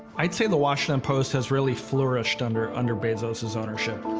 i'd say the washington post has really flourished under, under bezos's ownership.